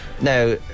now